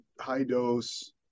high-dose